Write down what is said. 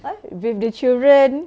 ah with their children